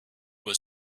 was